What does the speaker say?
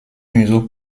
museau